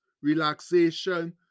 relaxation